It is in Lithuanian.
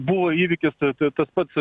buvo įvykis ir t t tas pats